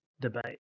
debate